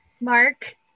mark